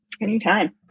Anytime